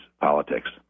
politics